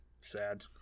sad